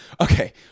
Okay